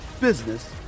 business